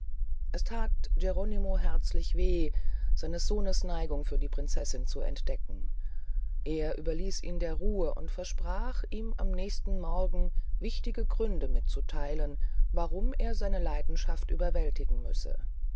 es that geronimo herzlich weh seines sohnes neigung für die prinzessin zu entdecken er überließ ihn der ruhe und versprach ihm am nächsten morgen wichtige gründe mitzutheilen warum er seine leidenschaft überwältigen müsse